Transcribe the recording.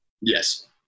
yes